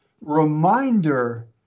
reminder